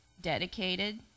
dedicated